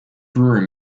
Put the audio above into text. room